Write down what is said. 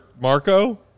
Marco